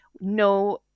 no